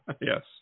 Yes